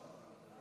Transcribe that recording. בואו ננסה לקיים